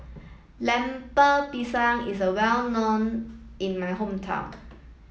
Lemper Pisang is well known in my hometown